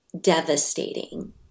devastating